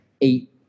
eight